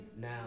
now